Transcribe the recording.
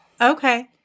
Okay